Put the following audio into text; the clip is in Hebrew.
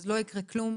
לא יקרה כלום